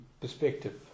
perspective